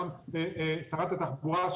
שרת התחבורה,